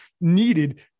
needed